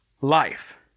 life